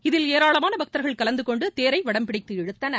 இதில் ஏராளமான பக்தர்கள் கலந்து கொண்டு தேரை வடம்பிடித்து இழுத்தனர்